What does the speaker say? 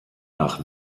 nach